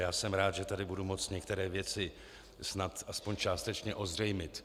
Já jsem rád, že tady budu moci některé věci snad aspoň částečně ozřejmit.